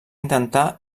intentar